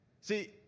See